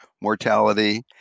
mortality